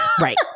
Right